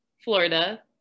Florida